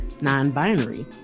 non-binary